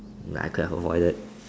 that I could have avoided